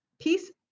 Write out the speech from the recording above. Peace